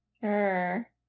Sure